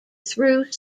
through